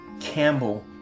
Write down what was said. Campbell